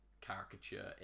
caricature